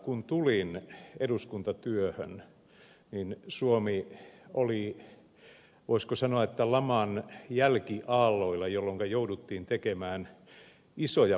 kun tulin eduskuntatyöhön suomi oli voisiko sanoa laman jälkiaalloilla jolloinka jouduttiin tekemään isoja päätöksiä